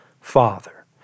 Father